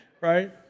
right